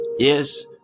Yes